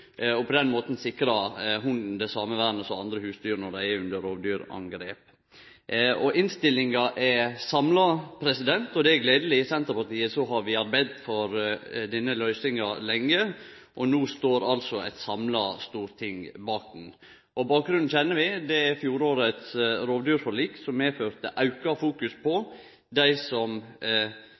og på den måten sikrar hunden det same vernet som andre husdyr har, når dei er under rovdyrangrep. Innstillinga er samla, og det er gledeleg. I Senterpartiet har vi arbeidd for denne løysinga lenge, og no står altså eit samla storting bak ho. Bakgrunnen kjenner vi. Det er fjorårets rovdyrforlik som medførte auka fokus på dei som